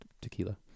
tequila